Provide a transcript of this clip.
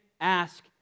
ask